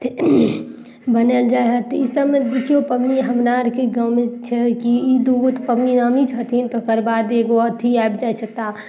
तऽ बनाओल जाइ हइ तऽ ई सभमे देखियौ पबनी हमरा आरके गाँवमे छै कि ई दुगो तऽ पबनी नामी छथिन तकर बाद एगो आबि जाइ छै तऽ